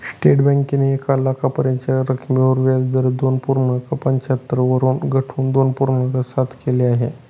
state बँकेने एक लाखापर्यंतच्या रकमेवर व्याजदर दोन पूर्णांक पंच्याहत्तर वरून घटवून दोन पूर्णांक सात केल आहे